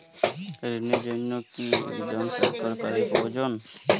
ঋণের জন্য কি একজন স্বাক্ষরকারী প্রয়োজন?